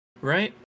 right